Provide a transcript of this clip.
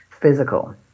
physical